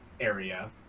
area